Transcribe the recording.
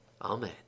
Amen